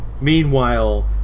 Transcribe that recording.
meanwhile